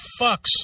fucks